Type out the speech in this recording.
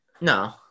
No